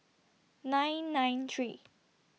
nine nine three